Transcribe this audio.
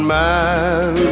man